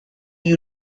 you